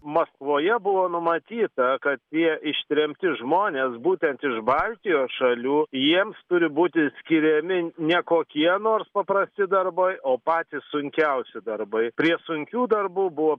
maskvoje buvo numatyta kad tie ištremti žmonės būtent iš baltijos šalių jiems turi būti skiriami ne kokie nors paprasti darbai o patys sunkiausi darbai prie sunkių darbų buvo